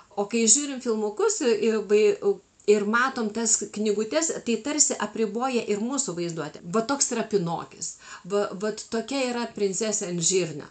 o kai žiūrim filmukus ir vai ir matom tas knygutes tai tarsi apriboja ir mūsų vaizduotę va toks yra pinokis va vat tokia yra princesė ant žirnio